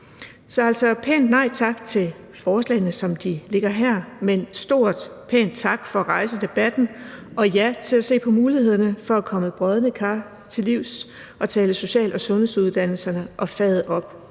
Så pænt nej tak til forslagene, som de ligger her, men stort pænt tak for at rejse debatten og ja til at se på mulighederne for at komme brodne kar til livs og tale social- og sundhedsuddannelserne og faget op.